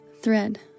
Thread